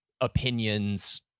opinions